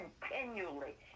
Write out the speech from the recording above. continually